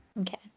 Okay